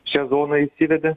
šią zoną įsivedė